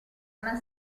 una